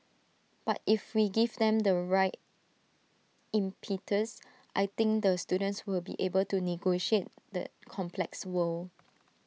but if we give them the right impetus I think the students will be able to negotiate the complex world